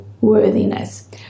worthiness